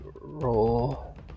Roll